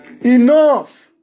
Enough